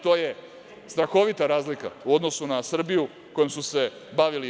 To je strahovita razlika u odnosu na Srbiju kojom su se bavili oni.